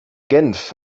genf